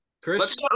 Chris